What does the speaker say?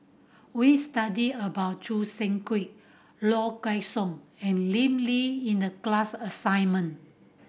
we studied about Choo Seng Quee Low Kway Song and Lim Lee in the class assignment